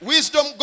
Wisdom